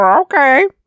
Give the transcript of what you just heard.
Okay